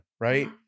right